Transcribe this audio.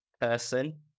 person